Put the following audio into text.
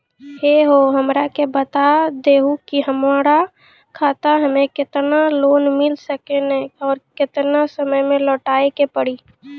है हो हमरा के बता दहु की हमार खाता हम्मे केतना लोन मिल सकने और केतना समय मैं लौटाए के पड़ी?